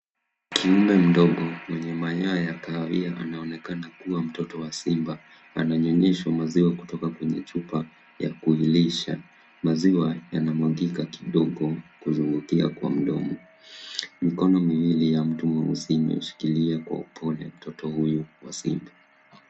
Kiumbe mdogo, mwenye manyoya ya kahawia anaonekana kuwa mtoto wa simba, ananyonyeshwa maziwa kutoka kwenye chupa ya kujilisha. Maziwa yanamwagika kidogo kuzungukia kwa mdomo. Mikono miwili ya mtu mweusi imeushikilia kwa upole, mtoto huyu wa simba.